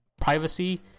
privacy